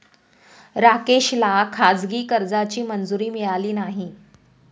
राकेशला खाजगी कर्जाची मंजुरी मिळाली नाही